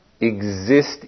exist